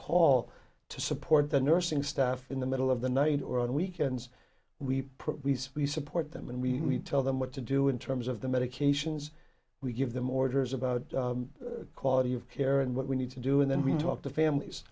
call to support the nursing staff in the middle of the night or on weekends we we support them and we tell them what to do in terms of the medications we give them orders about quality of care and what we need to do and then we talk to families